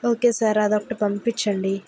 okay sir అదొకటి పంపిచ్చండి